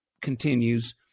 continues